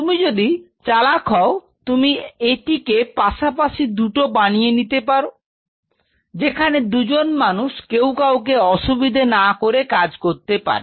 তুমি যদি চালাক হও তুমি এদিকে পাশাপাশি দুটো বানিয়ে নিতে পারো যেখানে দুজন মানুষ কেউ কাউকে অসুবিধে না করে কাজ করতে পারে